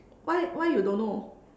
why why you don't know